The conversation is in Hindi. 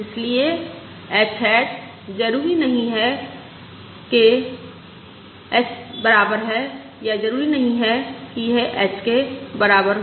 इसलिए h हैट जरूरी नहीं के बराबर है यह जरूरी नहीं कि यह h के बराबर हो